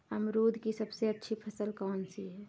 अमरूद की सबसे अच्छी उपज कौन सी है?